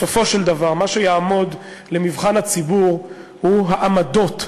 בסופו של דבר מה שיעמוד למבחן הציבור הוא העמדות שלכם,